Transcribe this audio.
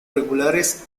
regulares